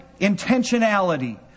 intentionality